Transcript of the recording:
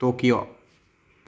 Tokyo